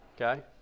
Okay